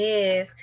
Yes